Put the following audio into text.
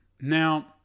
Now